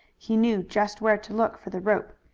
he knew just where to look for the rope.